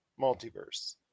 Multiverse